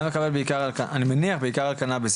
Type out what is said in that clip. אתה מקבל בעיקר אני מניח בעיקר על קנאביס,